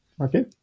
Okay